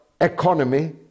economy